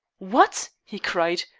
what! he cried,